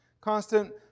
constant